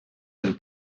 dels